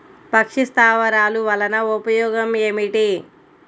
పక్షి స్థావరాలు వలన ఉపయోగం ఏమిటి?